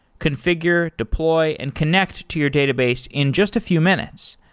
confi gure, deploy and connect to your database in just a few minutes.